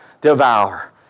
devour